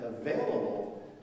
available